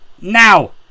now